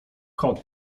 kot